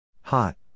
Hot